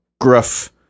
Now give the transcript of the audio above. gruff